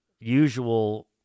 usual